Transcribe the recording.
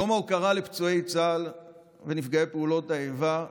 יום ההוקרה לפצועי צה"ל ולנפגעי פעולות האיבה,